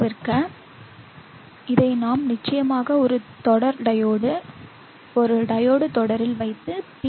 தவிர்க்க இதை நாம் நிச்சயமாக ஒரு தொடர் டையோடு ஒரு டையோடு தொடரில் வைத்து பி